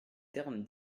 terme